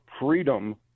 freedom